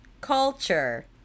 culture